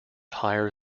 higher